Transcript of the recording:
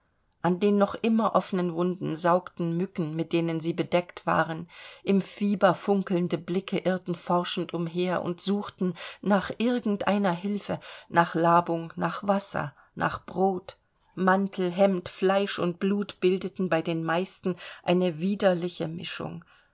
an den noch immer offenen wunden saugten mücken mit denen sie bedeckt waren im fieber funkelnde blicke irrten forschend umher und suchten nach irgend einer hilfe nach labung nach wasser nach brot mantel hemd fleisch und blut bildeten bei den meisten eine widerliche mischung